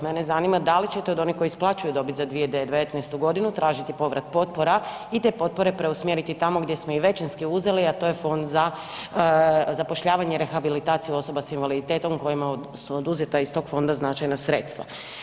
Mene zanima da li ćete od onih koji su isplaćuju dobit za 2019. g. tražiti povrat potpora i te potpore preusmjeriti tamo gdje smo ih većinski uzeli, a to je Fond za zapošljavanje rehabilitaciju osoba s invaliditetom kojima su oduzeta iz tog Fonda značajna sredstva.